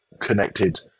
connected